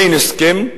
אין הסכם,